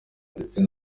ndetse